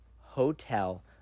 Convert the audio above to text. hotel